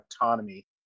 autonomy